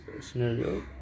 scenario